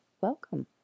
Welcome